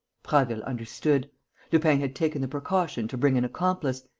prasville understood lupin had taken the precaution to bring an accomplice,